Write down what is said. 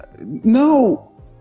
No